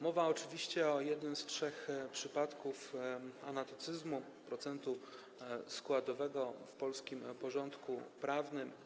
Mowa oczywiście o jednym z trzech przypadków anatocyzmu, procentu składanego, w polskim porządku prawnym.